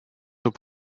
also